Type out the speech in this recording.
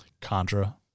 Contra